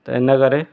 त इनकरे